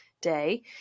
day